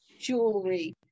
jewelry